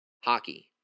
Hockey